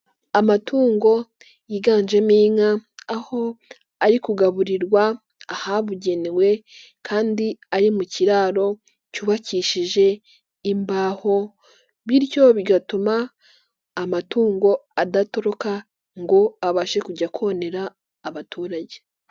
Amatungo yiganjemo inka aho ari kugaburirwa ahabugenewe kandi ari mu kiraro cyubakishije imbaho bityo bigatuma amatungo adatoroka ngo abashe kujya konera abaturage.